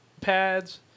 pads